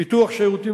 פיתוח שירותים